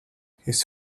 his